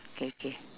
okay okay